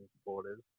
supporters